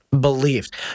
believed